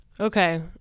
okay